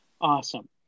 Awesome